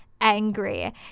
angry